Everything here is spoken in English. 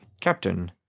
Captain